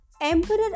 Emperor